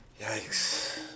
Yikes